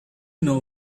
know